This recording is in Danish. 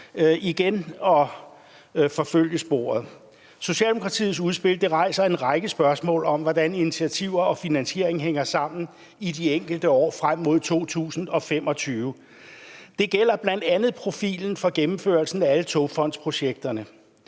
igen at forfølge sporet. Socialdemokratiets udspil rejser en række spørgsmål om, hvordan initiativer og finansiering hænger sammen i de enkelte år frem mod 2025. Det gælder bl.a. profilen for gennemførelsen af alle togfondsprojekterne.